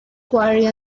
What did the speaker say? quarry